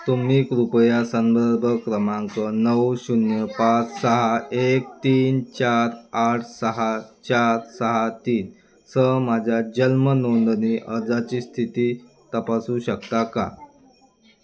तुम्ही कृपया संदर्भ क्रमांक नऊ शून्य पाच सहा एक तीन चार आठ सहा चार सहा तीनसह माझ्या जन्म नोंदणी अर्जाची स्थिती तपासू शकता का